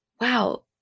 wow